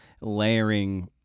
layering